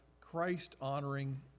Christ-honoring